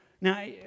Now